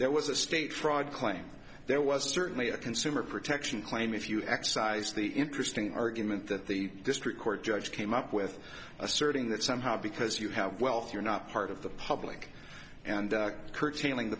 there was a state fraud claim there was certainly a consumer protection claim if you exercise the interesting argument that the district court judge came up with asserting that somehow because you have wealth you're not part of the public and curtailing the